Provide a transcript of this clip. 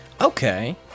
Okay